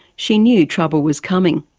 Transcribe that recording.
she knew trouble was coming.